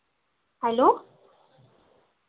hello